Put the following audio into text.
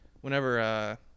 whenever –